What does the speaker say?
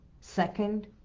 Second